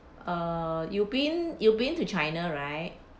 err you been you been to china right